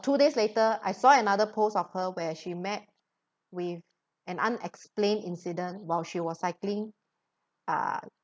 two days later I saw another post of her where she met with an unexplained incident while she was cycling uh